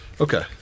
Okay